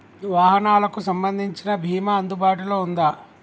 వాహనాలకు సంబంధించిన బీమా అందుబాటులో ఉందా?